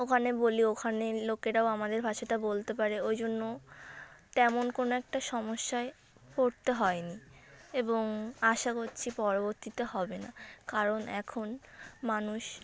ওখানে বলি ওখানের লোকেরাও আমাদের ভাষাটা বলতে পারে ওই জন্যও তেমন কোনো একটা সমস্যায় পড়তে হয় নি এবং আশা কচ্ছি পরবর্তীতে হবে না কারণ এখন মানুষ